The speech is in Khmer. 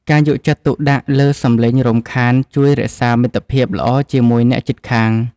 ការយកចិត្តទុកដាក់លើសម្លេងរំខានជួយរក្សាមិត្តភាពល្អជាមួយអ្នកជិតខាង។